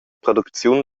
producziun